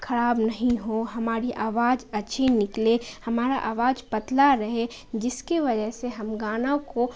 خراب نہیں ہو ہماری آواج اچھی نکلے ہمارا آواز پتلا رہے جس کی وجہ سے ہم گانا کو